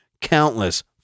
countless